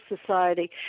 society